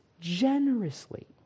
generously